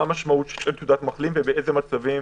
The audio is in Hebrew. המשמעות של תעודת מחלים ובאיזה מצבים